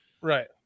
Right